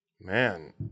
Man